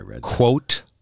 quote